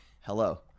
Hello